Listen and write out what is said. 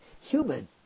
human